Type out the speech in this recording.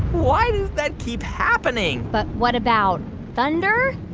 why does that keep happening? but what about thunder?